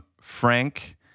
Frank